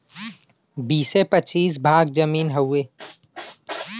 बीसे पचीस भाग जमीन हउवे